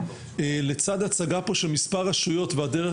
לצד הצגה פה של מספר רשויות והדרך